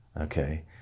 Okay